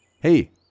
Hey